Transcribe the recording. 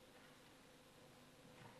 אז אתה הראשון בין, הצבעתי.